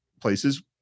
places